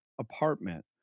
apartment